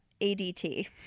ADT